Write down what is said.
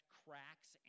cracks